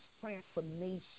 transformation